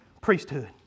priesthood